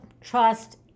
trust